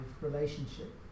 relationship